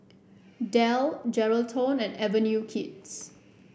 Dell Geraldton and Avenue Kids